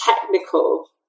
technical